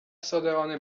صادقانه